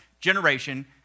generation